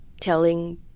telling